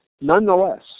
Nonetheless